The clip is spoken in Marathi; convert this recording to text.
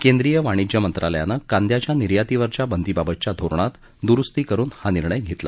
केंद्रीय वाणिज्य मंत्रालयानं कांद्याच्या निर्यातीवरच्या बंदीबाबतच्या धोरणात दुरुस्ती करुन हा निर्णय घेतला